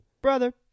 Brother